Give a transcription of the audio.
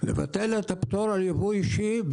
לבטל את הפטור על ייבוא אישי,